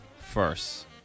First